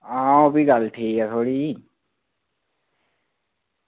हां ओह्बी गल्ल ठीक ऐ थुआढ़ी